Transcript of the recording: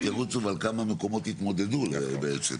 ירוצו ועל כמה מקומות יתמודדו בעצם,